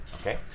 okay